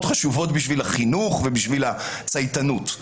חשובות בשביל החינוך ובשביל הצייתנות.